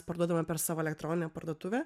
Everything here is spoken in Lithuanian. parduodame per savo elektroninę parduotuvę